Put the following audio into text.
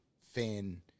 fan